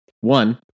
One